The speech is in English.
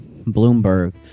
Bloomberg